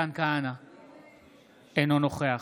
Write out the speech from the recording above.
אינו נוכח